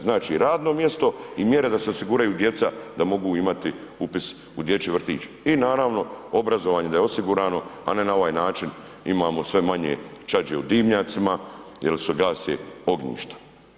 Znači, radno mjesto i mjere da se osiguraju djeca da mogu imati upis u dječji vrtić i naravno obrazovanje da je osigurano, a ne na ovaj način imamo sve manje čađi u dimnjacima jer se gase ognjišta.